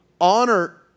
Honor